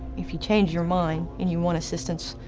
if you change your mind and you want assistance,